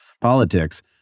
politics